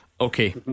Okay